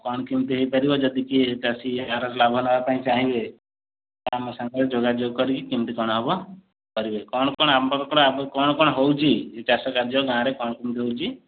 କଣ କେମିତି ହେଇପାରିବ ଯଦି କିଏ ଚାଷୀ ଏହାର ଲାଭ ନେବା ପାଇଁ ଚାହିଁବେ ତ ଆମ ସାଙ୍ଗରେ ଯୋଗାଯୋଗ କରିକି କେମିତି କଣ ହେବ କରିବେ କଣ କଣ ଆମ କଣ କଣ ହେଉଛି ଚାଷ କାର୍ଯ୍ୟ ଗାଁରେ କଣ କେମିତି ହେଉଛି